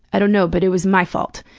i don't know, but it was my fault.